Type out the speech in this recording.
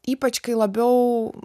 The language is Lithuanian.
ypač kai labiau